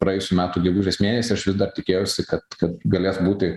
praėjusių metų gegužės mėnesį aš vis dar tikėjausi kad kad galės būti